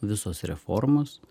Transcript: visos reformos